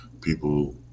people